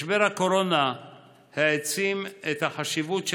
משבר הקורונה העצים את החשיבות של